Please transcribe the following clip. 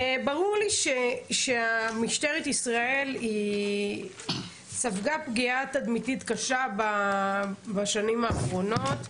ברור לי שמשטרת ישראל היא ספגה פגיעה תדמיתית קשה בשנים האחרונות.